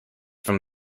from